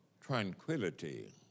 tranquility